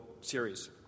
Series